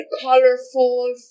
colorful